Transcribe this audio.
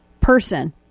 Person